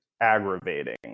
aggravating